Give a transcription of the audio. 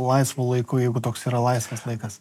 laisvu laiku jeigu toks yra laisvas laikas